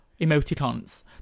emoticons